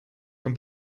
from